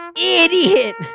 idiot